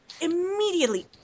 immediately